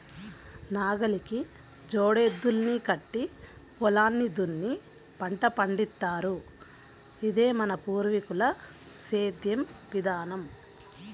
నాగలికి జోడెద్దుల్ని కట్టి పొలాన్ని దున్ని పంట పండిత్తారు, ఇదే మన పూర్వీకుల సేద్దెం విధానం